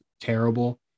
terrible